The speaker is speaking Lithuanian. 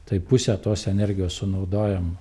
tai pusę tos energijos sunaudojam